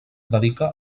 dedica